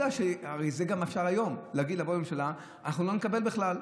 הרי זה גם אפשרי היום, להגיד שאנחנו לא נקבל בכלל.